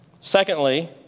Secondly